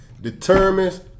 determines